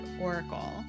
Oracle